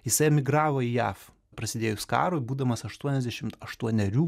jis emigravo į jav prasidėjus karui būdamas aštuoniasdešimt aštuonerių